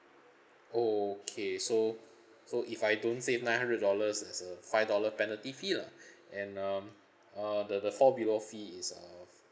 okay so so if I don't save nine hundred dollars there's a five dollar penalty fee lah and um uh the the fall below fee is of